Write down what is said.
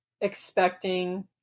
expecting